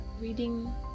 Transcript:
reading